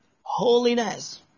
holiness